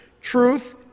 Truth